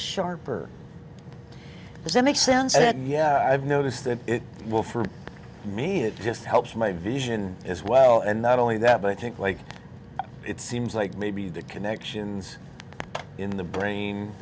sharper as it makes sense and yeah i've noticed that it will for me it just helps my vision as well and not only that but i think like it seems like maybe the connections in the brain